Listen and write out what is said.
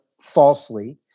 falsely